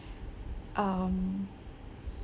um